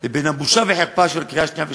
לבין הבושה וחרפה של הקריאה השנייה והשלישית,